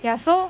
ya so